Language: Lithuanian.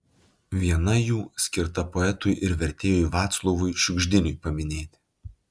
viena jų skirta poetui ir vertėjui vaclovui šiugždiniui paminėti